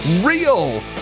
real